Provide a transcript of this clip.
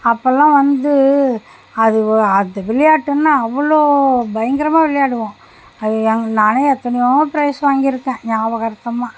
அப்போல்லாம் வந்து அது உ அது விளையாட்டுன்னா அவ்வளோ பயங்கரமாக விளையாடுவோம் அது எங் நானே எத்தனையோ ப்ரைஸ் வாங்கியிருக்கேன் ஞாபகார்த்தமாக